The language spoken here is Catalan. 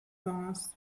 dones